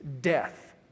Death